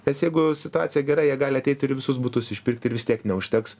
nes jeigu situacija gera jie gali ateiti ir visus butus išpirkti ir vis tiek neužteks